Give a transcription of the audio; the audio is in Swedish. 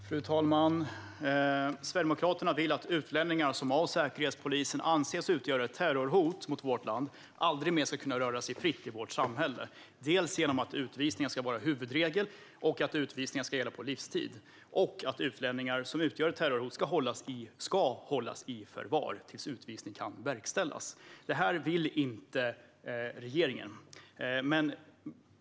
Fru talman! Sverigedemokraterna vill att utlänningar som av Säkerhetspolisen anses utgöra ett terrorhot mot vårt land aldrig mer ska kunna röra sig fritt i vårt samhälle. Det ska ske dels genom att huvudvisningar ska vara huvudregel och att utvisningar ska gälla på livstid, dels genom att utlänningar som utgör ett terrorhot ska hållas i förvar tills utvisning kan verkställas. Detta vill inte regeringen.